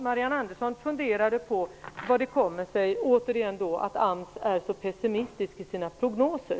Marianne Andersson funderade på hur det kommer sig att man inom AMS är så pessimistisk i sina prognoser.